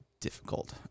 difficult